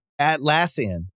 Atlassian